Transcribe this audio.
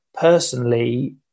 personally